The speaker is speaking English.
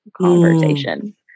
conversation